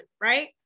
right